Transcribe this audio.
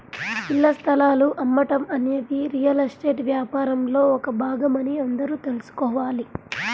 ఇళ్ల స్థలాలు అమ్మటం అనేది రియల్ ఎస్టేట్ వ్యాపారంలో ఒక భాగమని అందరూ తెల్సుకోవాలి